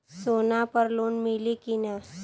सोना पर लोन मिली की ना?